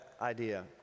idea